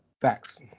Facts